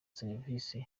serivisi